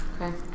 Okay